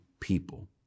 people